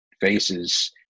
faces